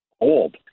old